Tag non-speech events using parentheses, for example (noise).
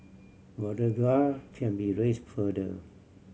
(unintelligible) can be raise further